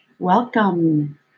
Welcome